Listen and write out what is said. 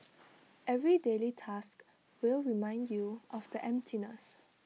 every daily task will remind you of the emptiness